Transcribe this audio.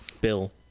Bill